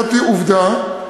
זאת עובדה,